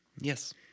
Yes